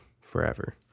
Forever